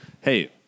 hey